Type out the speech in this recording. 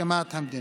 להקמת המדינה.